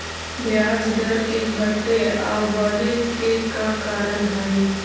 ब्याज दर के घटे आउ बढ़े के का कारण हई?